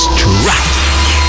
Strike